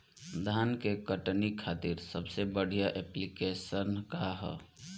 धान के कटनी खातिर सबसे बढ़िया ऐप्लिकेशनका ह?